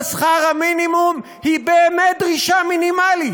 שכר המינימום היא באמת דרישה מינימלית.